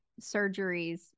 surgeries